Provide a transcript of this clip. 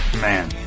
Man